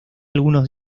algunos